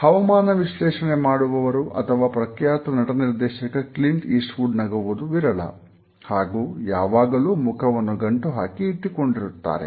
ಹವಮಾನ ವಿಶ್ಲೇಷಣೆ ಮಾಡುವವರು ಅಥವಾ ಪ್ರಖ್ಯಾತ ನಟ ನಿರ್ದೇಶಕ ಕ್ಲಿಂಟ್ ಈಸ್ಟ್ವುಡ್ ನಗುವುದು ವಿರಳ ಹಾಗೂ ಯಾವಾಗಲೂ ಮುಖವನ್ನು ಗಂಟು ಹಾಕಿ ಇಟ್ಟುಕೊಂಡಿರುತ್ತಾರೆ